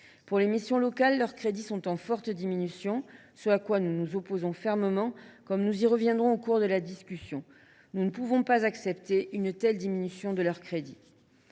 des missions locales sont en forte diminution, ce à quoi nous nous opposons fermement – nous y reviendrons au cours de la discussion. Nous ne saurions accepter une telle diminution. Les crédits